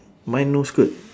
mine no skirt